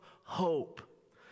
hope